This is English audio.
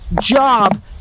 job